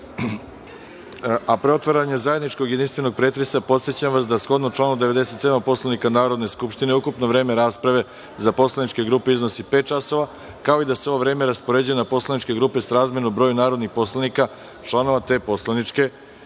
a pre otvaranja zajedničkog jedinstvenog pretresa, podsećam vas da, shodno članu 97. Poslovnika Narodne skupštine, ukupno vreme rasprave za poslaničke grupe iznosi pet časova, kao i da se ovo vreme raspoređuje na poslaničke grupe srazmerno broju narodnih poslanika članova te poslaničke